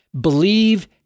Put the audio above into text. Believe